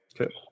okay